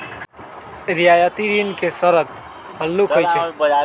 रियायती ऋण के शरत हल्लुक होइ छइ